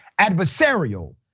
adversarial